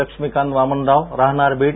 लक्ष्मीकांत वामनराव राहणार बीड